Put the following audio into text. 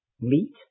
meat